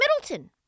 Middleton